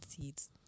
seeds